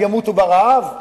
הם ימותו ברעב?